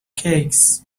cakes